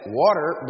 water